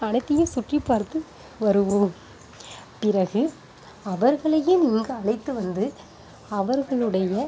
அனைத்தையும் சுற்றி பார்த்து வருவோம் பிறகு அவர்களையே இங்கு அழைத்து வந்து அவர்களுடைய